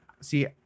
See